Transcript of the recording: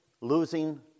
losing